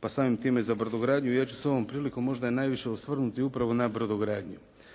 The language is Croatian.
pa i samim time za brodogradnju. Ja ću se ovom prilikom možda najviše osvrnuti upravo na brodogradnju.